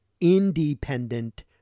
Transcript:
independent